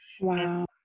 wow